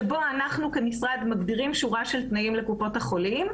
שבו אנחנו כמשרד מגדירים שורה של תנאים לקופות החולים,